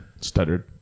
Stuttered